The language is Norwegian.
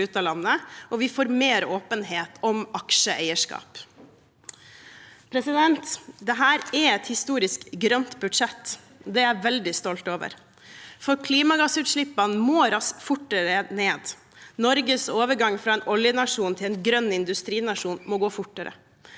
og vi får mer åpenhet om aksjeeierskap. Dette er et historisk grønt budsjett, og det er jeg veldig stolt over, for klimagassutslippene må fortere ned. Norges overgang fra en oljenasjon til en grønn industrinasjon må gå fortere.